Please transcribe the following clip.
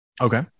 Okay